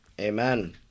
Amen